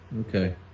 Okay